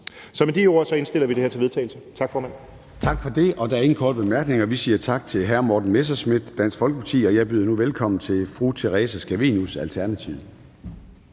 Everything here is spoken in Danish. formand. Kl. 10:25 Formanden (Søren Gade): Tak for det. Og der er ingen korte bemærkninger. Vi siger tak til hr. Morten Messerschmidt, Dansk Folkeparti. Jeg byder nu velkommen til fru Theresa Scavenius fra Alternativet.